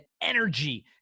energy